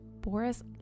Boris